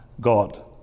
God